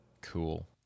cool